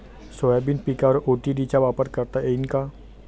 Soybean पिकावर ODT चा वापर करता येईन का?